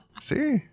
See